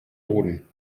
boden